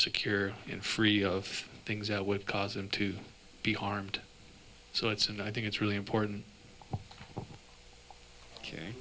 secure and free of things that would cause them to be harmed so it's and i think it's really